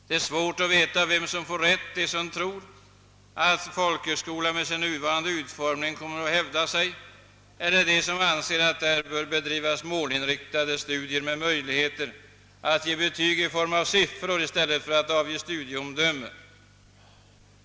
Det är svårt att veta vilka som får rätt, de som tror att folkhögskolan i sin nuvarande utformning kommer att kunna hävda sig eller de som anser att där bör bedrivas målinriktade studier med möjligheter att ge betyg i form av siffror i stället för att avge studieomdöme.